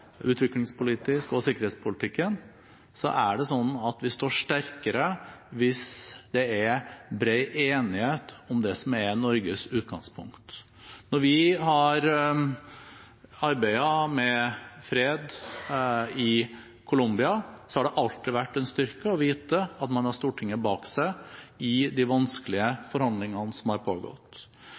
utviklingspolitisk og med tanke på sikkerhetspolitikken, står sterkere hvis det er bred enighet om det som er Norges utgangspunkt. Da vi arbeidet for fred i Colombia, var det alltid en styrke å vite at man hadde Stortinget bak seg i de vanskelige forhandlingene som pågikk. Når vi har